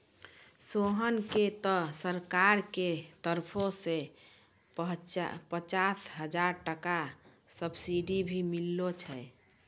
सोहन कॅ त सरकार के तरफो सॅ पचास हजार टका सब्सिडी भी मिललो छै